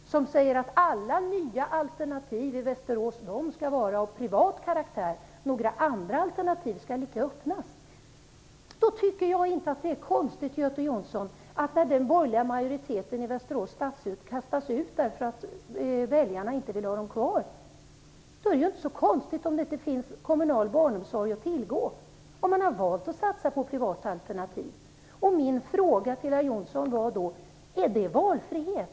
I Västerås säger man nämligen att alla nya alternativ skall vara av privat karaktär och att några andra alternativ icke skall komma i fråga. Den borgerliga majoriteten i Västerås stadshus kastades emellertid ut därför att väljarna inte ville ha den kvar. Men eftersom denna borgerliga majoritet ändå valde att satsa på privata alternativ är det ju inte så konstigt att det i Västerås nu inte finns kommunal barnomsorg att tillgå. Min fråga till herr Jonsson är: Är det valfrihet?